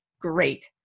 great